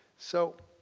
so